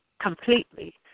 completely